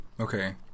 Okay